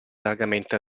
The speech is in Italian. largamente